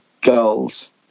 girls